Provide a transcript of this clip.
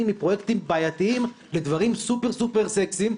לפרויקטים בעייתיים לדברים סופר סופר סקסיים,